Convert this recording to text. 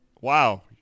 Wow